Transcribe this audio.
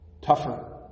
tougher